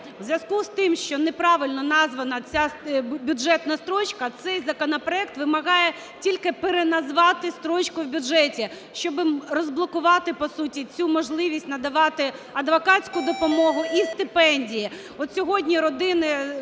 у зв'язку з тим, що неправильно названа ця бюджетна строчка, цей законопроект вимагає тільки переназвати строчку в бюджеті, щоби розблокувати по суті цю можливість надавати адвокатську допомогу і стипендії.